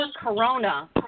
corona